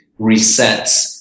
resets